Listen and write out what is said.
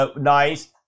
nice